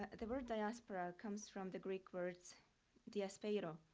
the word diaspora comes from the greek words dee-ah-speh-roh, you know